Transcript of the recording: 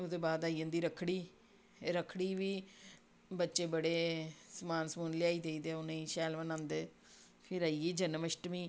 ओह्दे बाद आई जन्दी रक्खड़ी रक्खड़ी बी बच्चे बड़े समान समून लेआई देई दे उ'नेईं शैल मनांदे फिर आई जन्माश्टमी